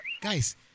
guys